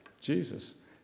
Jesus